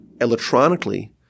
electronically